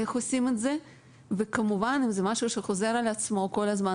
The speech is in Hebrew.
אם זה משהו שחוזר על עצמו כל הזמן,